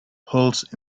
holes